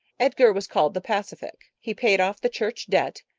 edgar was called the pacific. he paid off the church debt,